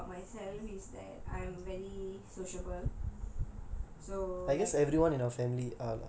personality what is one thing I like about myself is that I'm very sociable so like